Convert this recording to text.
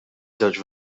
żewġ